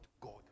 God